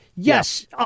Yes